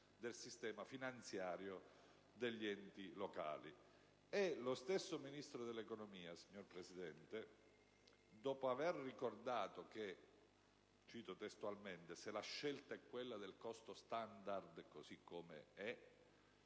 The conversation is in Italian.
del sistema finanziario degli enti locali. Lo stesso Ministro dell'economia e delle finanze, signor Presidente, dopo aver ricordato - cito testualmente - che «Se la scelta è quella del costo standard», così come è,